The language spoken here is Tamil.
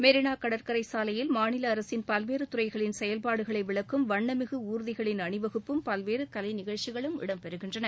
மெரீனா கடற்கரையில் மாநில அரசின் பல்வேறு துறைகளின் செயல்பாடுகளை விளக்கும் வண்ணமிகு ஊர்திகளின் அணிவகுப்பும் பல்வேறு கலை நிகழ்ச்சிகளும் இடம்பெறுகின்றன